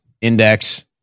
index